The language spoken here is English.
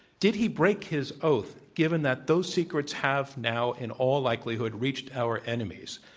did he break his oath, given that those secrets have now, in all likelihood, reached our enemies?